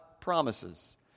promises